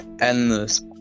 endless